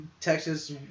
Texas